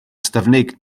ystyfnig